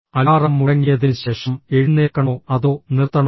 alarm മുഴങ്ങിയതിനുശേഷം എഴുന്നേൽക്കണോ അതോ നിർത്തണോ